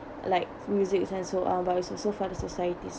like music but its also for the societies